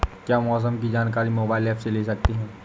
क्या मौसम की जानकारी मोबाइल ऐप से ले सकते हैं?